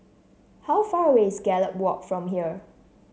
how far away is Gallop Walk from here